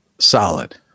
Solid